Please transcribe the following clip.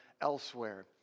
elsewhere